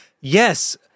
yes